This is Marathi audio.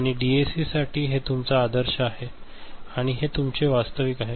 आणि डीएसीसाठी हे तुमचा आदर्श आहे आणि हे तुमचे वास्तविक आहे